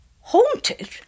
Haunted